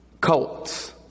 cults